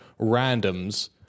randoms